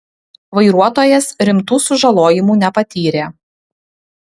vairuotojas rimtų sužalojimų nepatyrė